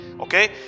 okay